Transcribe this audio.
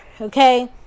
okay